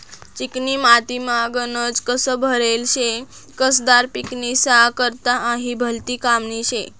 चिकनी मातीमा गनज कस भरेल शे, कसदार पिकेस्ना करता हायी भलती कामनी शे